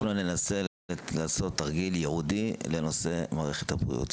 אנחנו ננסה לעשות תרגיל ייעודי לנושא מערכת הבריאות.